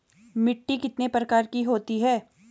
मिट्टी कितने प्रकार की होती है?